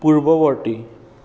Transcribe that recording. পূৰ্ৱবৰ্তী